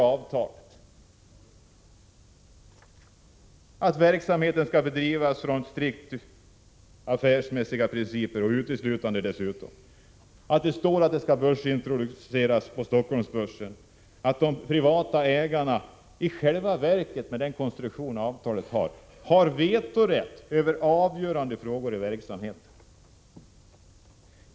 I avtalet står ju att verksamheten skall bedrivas uteslutande efter strikt affärsmässiga principer, att företaget skall introduceras på Stockholmsbörsen och att de privata ägarna har vetorätt vid avgörande frågor för verksamheten.